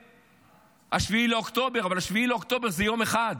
כולל 7 באוקטובר, אבל 7 באוקטובר זה יום אחד.